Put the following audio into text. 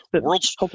world's